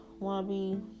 wannabe